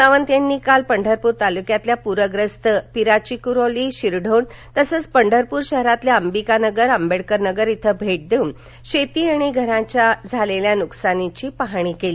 सावंत यांनी काल पंढरपूर तालुक्यातील पूर्यस्त पिराची कुरोली शिरढोण तसेच पंढरपूर शहरातील अंबिकानगर आंबेडकर नगर इथं भेट देवून शेती आणि घरांच्या झालेल्या नुकसानीची पाहणी केली